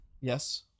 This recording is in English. Yes